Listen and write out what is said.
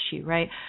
Right